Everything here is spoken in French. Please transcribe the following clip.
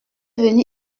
venu